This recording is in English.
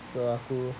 so aku